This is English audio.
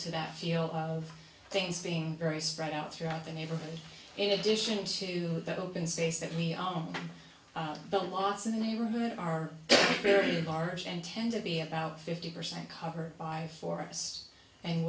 to that feel of things being very spread out throughout the neighborhood in addition to the open space that we all know the lots in the neighborhood are very large and tend to be about fifty percent covered by forest and